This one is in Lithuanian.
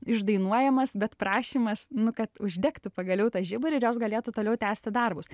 išdainuojamas bet prašymas nu kad uždegtų pagaliau tą žiburį ir jos galėtų toliau tęsti darbus